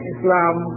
Islam